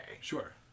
Sure